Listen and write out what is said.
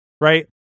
right